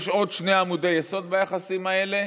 יש עוד שני עמודי יסוד ביחסים האלה: